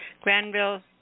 Granville